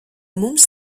mums